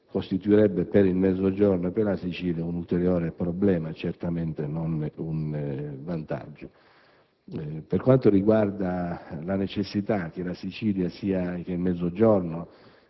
costituirebbe per il Mezzogiorno e per la Sicilia un ulteriore problema, certamente non un vantaggio. Per quanto riguarda la necessità che la Sicilia e il Mezzogiorno